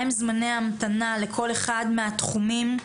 מהם זמני המתנה לכל אחד מהתחומים.